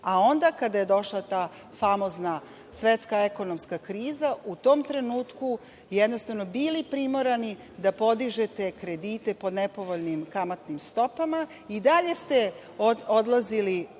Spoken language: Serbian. A onda kada je došla ta famozna svetska ekonomska kriza, u tom trenutku, jednostavno bili primorani da podižete kredite po nepovoljnim kamatnim stopama i dalje ste odlazili